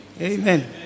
Amen